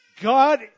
God